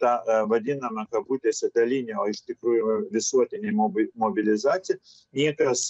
ta vadinamą kabutėse dalinio p iš tikrųjų visuotinį mobi mobilizacijos niekas